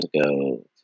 ago